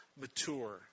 mature